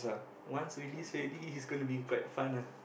once release already it's going to be quite fun ah